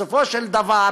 בסופו של דבר